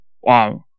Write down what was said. wow